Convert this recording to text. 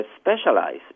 specialize